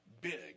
big